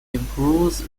improves